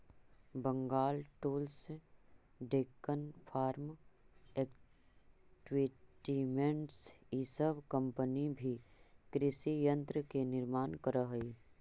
Bengal tools, Deccan farm equipments इ सब company भी कृषि यन्त्र के निर्माण करऽ हई